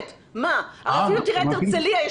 תראה את הרצליה.